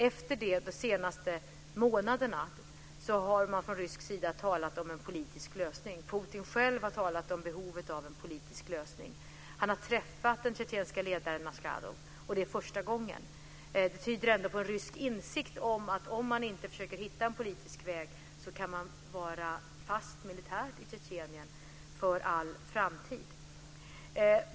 Efter det - de senaste månaderna - har man från rysk sida talat om en politisk lösning. Putin själv har talat om behovet av en politisk lösning. Han har träffat den tjetjenske ledaren Maschadov. Det är första gången. Det tyder ändå på en rysk insikt om att man kan vara fast militärt i Tjetjenien för all framtid om man inte försöker hitta en politisk väg.